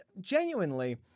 genuinely